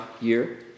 year